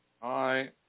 Hi